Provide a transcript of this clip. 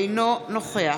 אינו נוכח